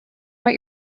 what